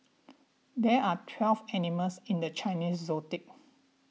there are twelve animals in the Chinese zodiac